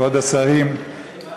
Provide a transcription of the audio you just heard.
כבוד השרים,